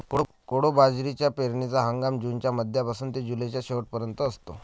कोडो बाजरीचा पेरणीचा हंगाम जूनच्या मध्यापासून ते जुलैच्या शेवट पर्यंत असतो